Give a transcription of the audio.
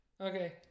okay